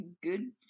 good